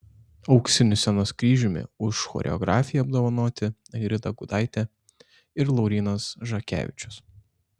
auksiniu scenos kryžiumi už choreografiją apdovanoti airida gudaitė ir laurynas žakevičius